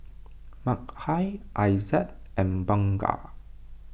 Mikhail Aizat and Bunga